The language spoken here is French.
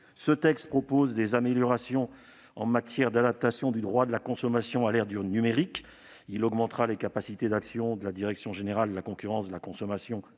Ce texte prévoit des améliorations en matière d'adaptation du droit de la consommation à l'ère du numérique. Il augmentera les capacités d'action de la direction générale de la concurrence de la consommation